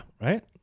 right